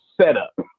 setup